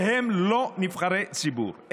שהם לא נבחרי ציבור,